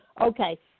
Okay